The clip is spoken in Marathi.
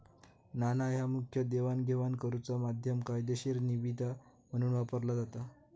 नाणा ह्या मुखतः देवाणघेवाण करुचा माध्यम, कायदेशीर निविदा म्हणून वापरला जाता